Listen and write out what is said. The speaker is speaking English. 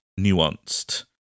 nuanced